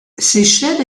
séchelles